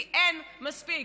כי אין מספיק,